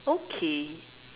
okay